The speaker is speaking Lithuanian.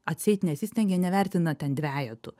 atseit nesistengia nevertina ten dvejetų